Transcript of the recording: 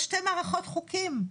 יש שתי מערכות חוקים,